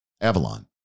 Avalon